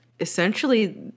essentially